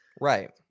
Right